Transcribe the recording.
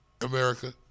America